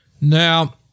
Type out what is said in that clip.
now